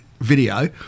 video